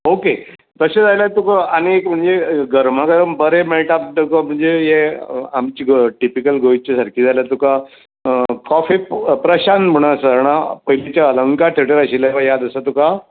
okay तशें जाल्यार तुका आनी एक म्हणजे गर्मा गरम बरें मेळटा म्हणजे हें आमचें टिपिकल गोंयचें सारकें जाल्यार तुका कॉफी प्रशांत म्हुणून आसा जाणा पयलींचें अलंकार थेटर आशिल्लें पळय याद आसा तुका